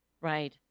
Right